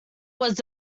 was